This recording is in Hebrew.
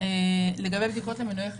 לגבי בדיקות למנועי חיסון.